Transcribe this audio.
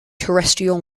terrestrial